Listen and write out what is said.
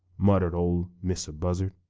muttered ol' mistah buzzard.